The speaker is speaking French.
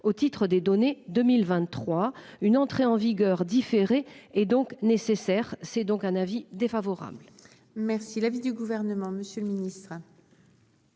au titre des données 2023 une entrée en vigueur différée et donc nécessaire. C'est donc un avis défavorable. Merci l'avis du gouvernement, Monsieur le Ministre.